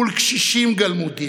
מול קשישים גלמודים,